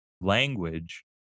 language